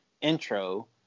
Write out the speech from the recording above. intro